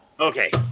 Okay